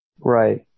Right